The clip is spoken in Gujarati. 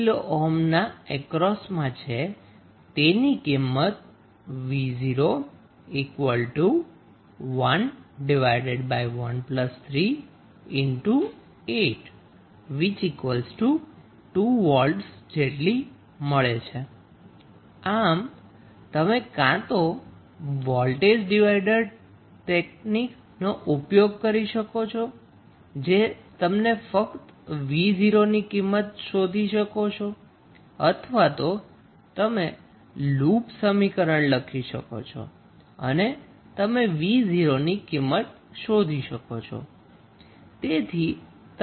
v0 1138 2V આમ તમે કાં તો વોલ્ટેજ ડિવાઈડર ટેકનીકનો ઉપયોગ કરી શકો છો જે તમે ફક્ત 𝑣0 ની કિંમત શોધી શકો છો અથવા તો તમે લૂપ સમીકરણ લખી શકો છો અને તમે 𝑣0 ની કિંમત શોધી શકો છો